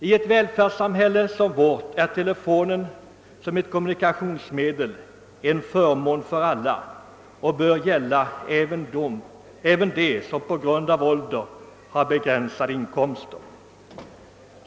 I ett välfärdssamhälle som vårt är telefonen som kommunikationsmedel en förmån för alla — det bör gälla även för dem som på grund av sin ålder har begränsade inkomster.